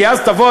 כי אז תבוא,